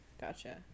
Gotcha